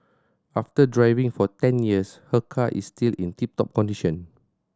after driving for ten years her car is still in tip top condition